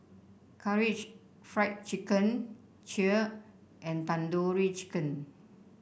Karaage Fried Chicken Kheer and Tandoori Chicken